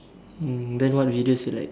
hmm then what videos you like